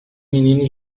menino